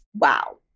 Wow